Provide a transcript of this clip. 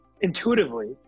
intuitively